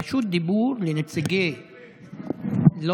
רשות דיבור לנציגי, מוותרים.